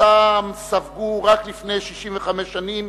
שאותם ספגו רק לפני 65 שנים,